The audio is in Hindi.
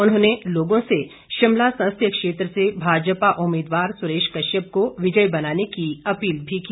उन्होंने लोगों से शिमला संसदीय क्षेत्र से भाजपा उम्मीदवार सुरेश कश्यप को विजयी बनाने की अपील भी की